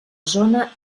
zona